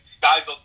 guys